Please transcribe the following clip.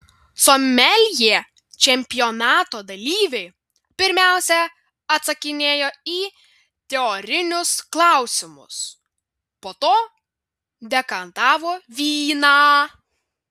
someljė čempionato dalyviai pirmiausia atsakinėjo į teorinius klausimus po to dekantavo vyną